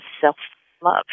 self-love